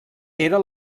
era